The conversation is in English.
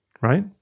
right